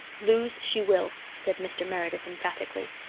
lose she will, said mr. meredith emphatically.